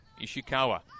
Ishikawa